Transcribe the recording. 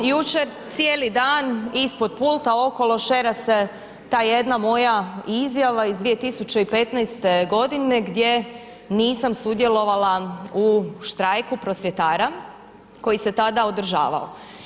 Jučer cijeli dan ispod pulta okolo šera se ta jedna moja izjava iz 2015. godine gdje nisam sudjelovala u štrajku prosvjetara koji se tada održavao.